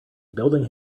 building